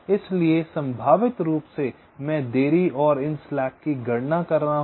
इसलिए संभावित रूप से मैं देरी और इन स्लैक की गणना कर रहा हूं